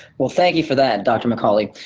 well, thank for that, dr. mcauley.